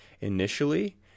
initially